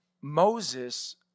Moses